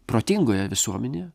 protingoje visuomenėje